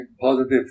positive